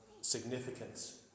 significance